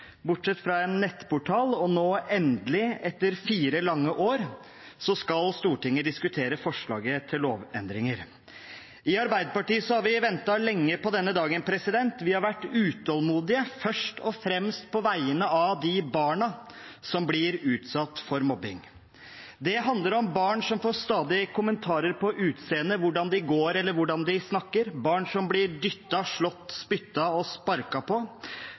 bortsett fra en nettportal. Nå endelig, etter fire lange år, skal Stortinget diskutere forslaget til lovendringer. I Arbeiderpartiet har vi ventet lenge på denne dagen. Vi har vært utålmodige først og fremst på vegne av de barna som blir utsatt for mobbing. Det handler om barn som stadig får kommentarer på utseende, hvordan de går eller hvordan de snakker, barn som blir dyttet, slått, spyttet på og sparket, barn som blir holdt utenfor i friminuttene, på